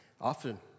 often